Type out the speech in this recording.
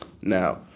Now